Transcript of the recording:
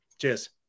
Cheers